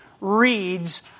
reads